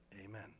Amen